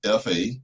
Fa